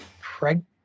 pregnant